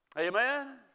Amen